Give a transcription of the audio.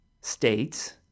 states